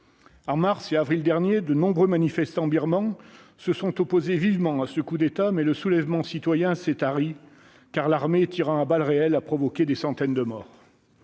En mars et avril derniers, de nombreux manifestants birmans se sont opposés vivement à ce coup d'État, mais le soulèvement citoyen s'est tari, car l'armée, tirant à balles réelles, a provoqué des centaines de morts.